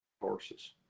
horses